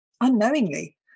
unknowingly